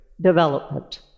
development